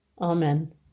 Amen